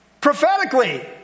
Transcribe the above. Prophetically